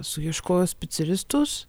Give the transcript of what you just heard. suieškojau specialistus